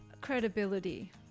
credibility